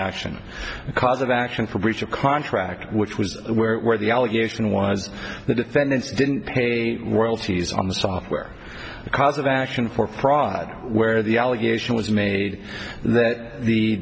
action a cause of action for breach of contract which was where the allegation was the defendants didn't pay royalties on the software cause of action for fraud where the allegation was made that the